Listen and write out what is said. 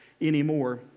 anymore